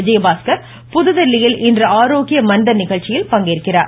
விஜயபாஸ்கர் புதுதில்லியில் இன்று ஆரோக்கிய மன்தன் நிகழ்ச்சியில் பங்கேற்கிறார்